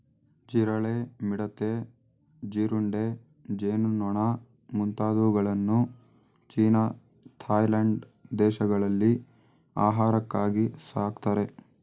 ಜಿರಳೆ, ಮಿಡತೆ, ಜೀರುಂಡೆ, ಜೇನುನೊಣ ಮುಂತಾದವುಗಳನ್ನು ಚೀನಾ ಥಾಯ್ಲೆಂಡ್ ದೇಶಗಳಲ್ಲಿ ಆಹಾರಕ್ಕಾಗಿ ಸಾಕ್ತರೆ